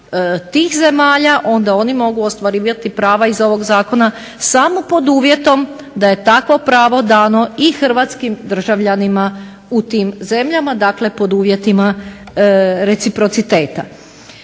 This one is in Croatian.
tih zemalja onda oni mogu ostvarivati prava iz ovoga zakona samo pod uvjetom da je takvo pravo dano i hrvatskim državljanima u tim zemljama. Dakle, pod uvjetima reciprociteta.